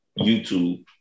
YouTube